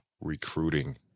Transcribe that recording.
recruiting